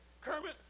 Kermit